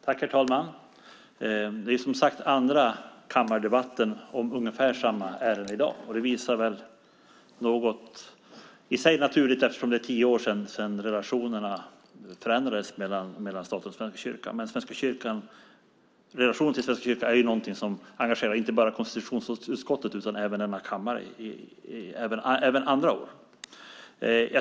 Herr talman! Det här är andra kammardebatten om ungefär samma ärende i dag. Det är i och för sig naturligt eftersom det är tio år sedan relationerna förändrades mellan staten och Svenska kyrkan. Relationen till Svenska kyrkan är något som har engagerat inte bara konstitutionsutskottet utan hela kammaren även andra år.